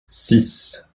six